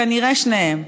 כנראה שניהם.